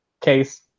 case